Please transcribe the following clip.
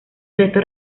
restos